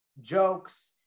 jokes